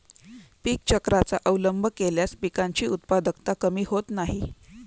पीक चक्राचा अवलंब केल्यास पिकांची उत्पादकता कमी होत नाही